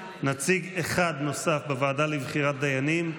נציג אחד נוסף בוועדה לבחירת דיינים,